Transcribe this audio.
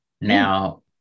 Now